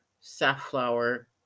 safflower